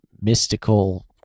mystical